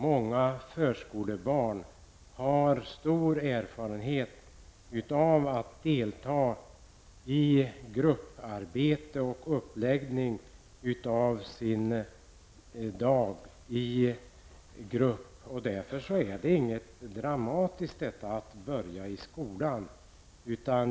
Många förskolebarn har stor erfarenhet av att delta i grupparbete och uppläggning av sin dag i grupp, och därför är det inget dramatiskt att börja i skolan.